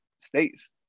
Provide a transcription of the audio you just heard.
states